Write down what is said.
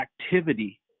activity